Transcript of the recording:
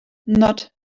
not